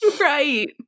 Right